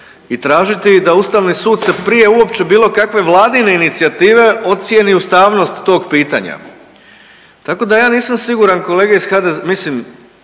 i tražiti da Ustavni sud se prije uopće bilo kakve Vladine inicijative ocijeni ustavnost tog pitanja. Tako da ja nisam siguran, kolege iz